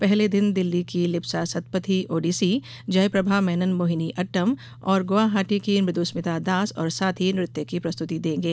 पहले दिन दिल्ली की लिप्सा सत्पथी ओडिसी जयप्रभा मेनन मोहिनीअट्टम और गुवाहाटी की मृदुस्मिता दास और साथी नृत्य की प्रस्तुति देंगे